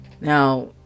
Now